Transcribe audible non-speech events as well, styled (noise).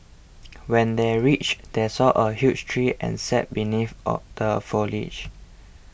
when they reached they saw a huge tree and sat beneath (unintelligible) the foliage